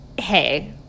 hey